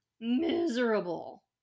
miserable